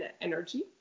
energy